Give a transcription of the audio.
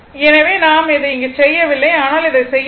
எனவே நாம் அதை இங்கே செய்யவில்லை ஆனால் அதைச் செய்ய வேண்டும்